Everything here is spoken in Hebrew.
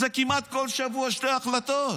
זה כמעט כל שבוע שתי החלטות.